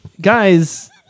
guys